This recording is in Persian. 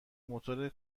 موتور